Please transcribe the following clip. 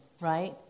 right